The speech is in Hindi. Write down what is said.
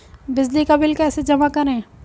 बिजली का बिल कैसे जमा करें?